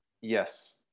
yes